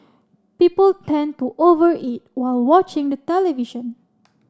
people tend to over eat while watching the television